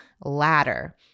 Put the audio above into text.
Ladder